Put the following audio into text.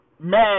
mad